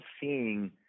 seeing